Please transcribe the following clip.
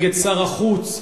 נגד שר החוץ,